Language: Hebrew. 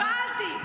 שאלתי.